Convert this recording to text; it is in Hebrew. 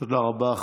תודה רבה.